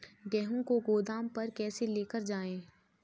गेहूँ को गोदाम पर कैसे लेकर जाएँ?